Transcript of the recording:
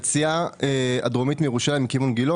היציאה הדרומית מירושלים לכיוון גילה,